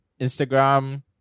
instagram